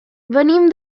venim